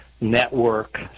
network